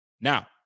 Now